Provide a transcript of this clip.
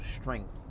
strength